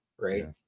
right